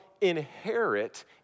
inherit